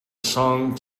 song